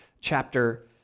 chapter